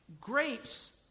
grapes